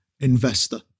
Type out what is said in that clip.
investor